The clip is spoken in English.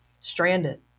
stranded